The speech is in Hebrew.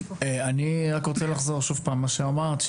אני רק רוצה לחזור שוב פעם על מה שאמרת,